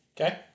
okay